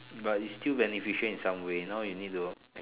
but it's still beneficial in some way you know you need to